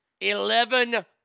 Eleven